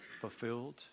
fulfilled